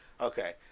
Okay